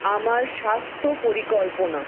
আমার স্বাস্থ্য পরিকল্পনা